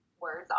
words